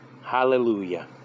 Hallelujah